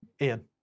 Ian